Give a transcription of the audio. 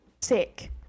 sick